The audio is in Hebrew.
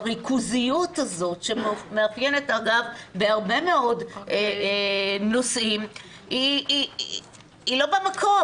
הריכוזיות הזו שמאפיינת הרבה נושאים היא לא במקום.